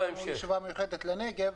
הייתי בישיבה מיוחדת על הנגב